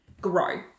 grow